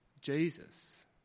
Jesus